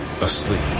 asleep